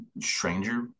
stranger